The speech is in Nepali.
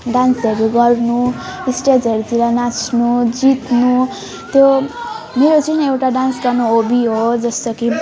डान्सहरू गर्नु स्टेजहरूतिर नाच्नु जित्नु त्यो मेरो चाहिँ नि एउटा डान्स गर्नु हभी हो जस्तो कि